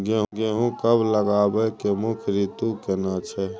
गेहूं कब लगाबै के मुख्य रीतु केना छै?